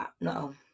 no